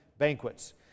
banquets